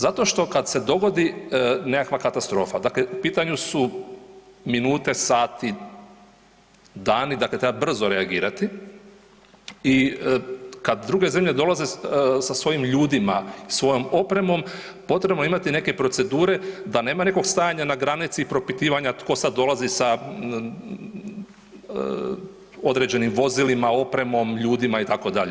Zato što, kad se dogodi nekakva katastrofa, dakle u pitanju su minute, sati, dani, dakle, treba brzo reagirati i kad druge zemlje dolaze sa svojim ljudima i svojom opremom, potrebno je imati neke procedure da nema nekog stajanja na granici i propitivanja tko sad dolazi sa određenim vozilima, opremom, ljudima, itd.